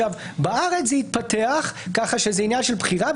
בארץ זה התפתח כך שזה עניין של בחירה,